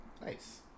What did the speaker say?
Nice